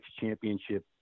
championship